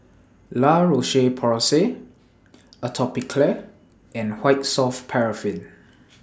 La Roche Porsay Atopiclair and White Soft Paraffin